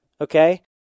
Okay